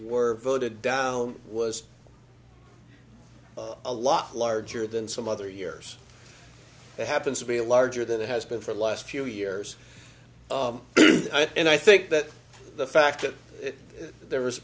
were voted down was a lot larger than some other years that happens to be a larger than it has been for the last few years and i think that the fact that there